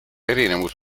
erinevus